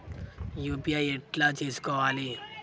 UPI ఎట్లా చేసుకోవాలి?